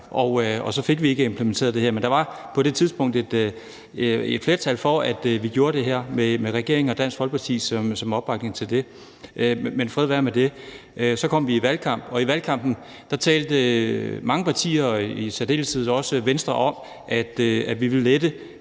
og så fik vi ikke implementeret det her. Men der var på det tidspunkt et flertal for, at vi gjorde det her med regeringens og Dansk Folkepartis opbakning. Men fred være med det. Så kom vi i valgkamp, og i valgkampen talte mange partier og i særdeleshed Venstre om, at man ville lette